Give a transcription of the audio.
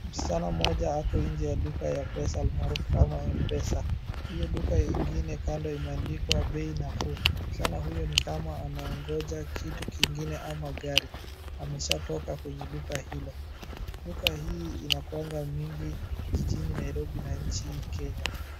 Msichana mmoja ako nje ya duka ya pesa amaarufu kama M-Pesa. Hiyo duka ingine kando imeandikwa bei nafuu. Msichana huyo ni kama anaongoja kitu kingine ama gari. Ameshatoka kwenye duka hilo. Duka hii inakuwanga mingi jijini Nairobi na nchini Kenya.